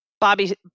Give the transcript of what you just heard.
Bobby